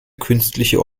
künstliche